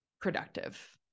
productive